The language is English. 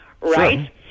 right